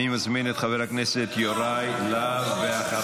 אני מזמין את חבר הכנסת יוראי להב,